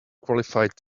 qualified